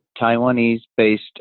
Taiwanese-based